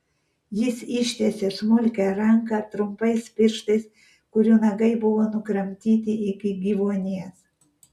jis ištiesė smulkią ranką trumpais pirštais kurių nagai buvo nukramtyti iki gyvuonies